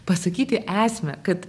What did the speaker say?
pasakyti esmę kad